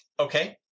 Okay